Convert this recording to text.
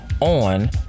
on